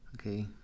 Okay